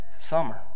summer